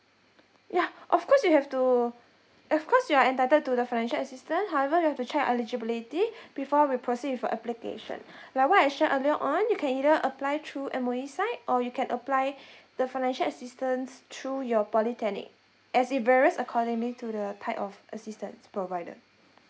yeah of course you have to of course you are entitled to the financial assistant however we have to check eligibility before we proceed for application like what I shared earlier on you can either apply through M_O_E side or you can apply the financial assistance through your polytechnic as it varies accordingly to the type of assistance provided